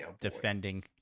defending